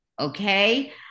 okay